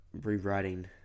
rewriting